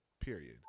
Period